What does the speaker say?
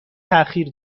تاخیر